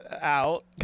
out